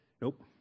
nope